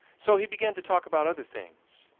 so he began to talk about other things,